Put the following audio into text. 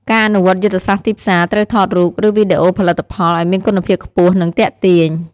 ការអនុវត្តយុទ្ធសាស្ត្រទីផ្សារ ត្រូវថតរូប ឬវីដេអូផលិតផលឱ្យមានគុណភាពខ្ពស់ និងទាក់ទាញ។